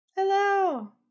Hello